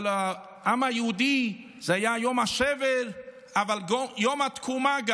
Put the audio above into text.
אבל לעם היהודי זה היה יום השבר אבל גם יום התקומה.